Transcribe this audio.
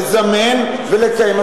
לזמן ולקיים.